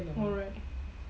oh right